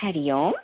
हरिः ओम्